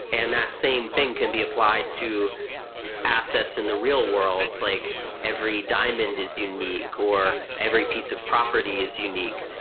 and that same thing can be applied to assets in the real-world. it's like every diamond is unique, or every piece of property is unique.